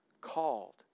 called